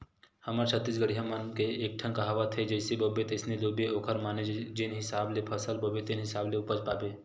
हमर छत्तीसगढ़िया मन के एकठन कहावत हे जइसे बोबे तइसने लूबे ओखर माने जेन हिसाब ले फसल बोबे तेन हिसाब ले उपज पाबे